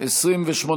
בממשלה לא נתקבלה.